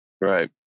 Right